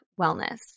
wellness